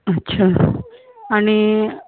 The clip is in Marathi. अच्छा आणि